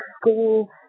school